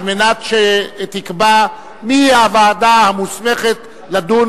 על מנת שתקבע מי הוועדה המוסמכת לדון